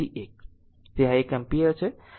તેથી આ એક એમ્પીયર છે